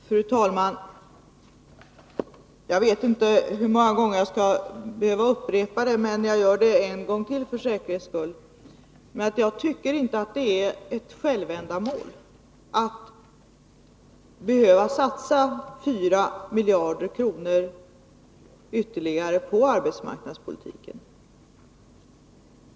Fru talman! Jag vet inte hur många gånger jag skall behöva upprepa det, men jag gör det en gång till för säkerhets skull: Jag tycker inte att det är ett självändamål att satsa ytterligare 4 miljarder kronor på arbetsmarknadspolitiken.